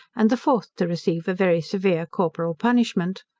and the fourth to receive a very severe corporal punishment.